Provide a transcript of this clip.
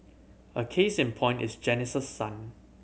a case in point is Janice's son